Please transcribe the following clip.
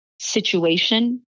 situation